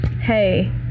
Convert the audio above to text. Hey